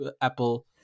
Apple